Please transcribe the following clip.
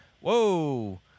whoa